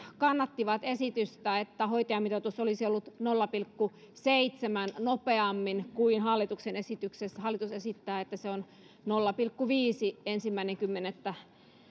kannattivat esitystä että hoitajamitoitus olisi ollut nolla pilkku seitsemän nopeammin kuin hallituksen esityksessä hallitus esittää että se on nolla pilkku viiden alkaen ensimmäinen kymmenettä